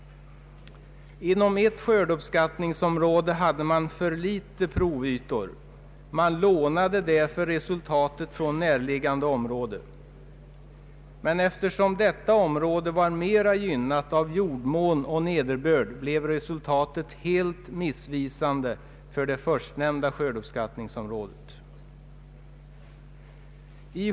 Inom ett skördeuppskattningsområde hade man för få provytor. Man lånade därför resultatet från ett närliggande område. Men eftersom detta område var mera gynnat av jordmån och nederbörd, blev resultatet helt missvisande för det förstnämnda skördeuppskattningsområdet.